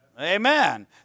Amen